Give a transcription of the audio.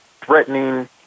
threatening